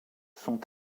sont